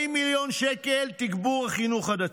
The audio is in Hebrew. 40 מיליון שקלים, תגבור החינוך הדתי,